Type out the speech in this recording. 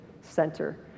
Center